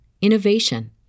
innovation